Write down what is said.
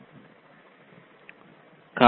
సులువు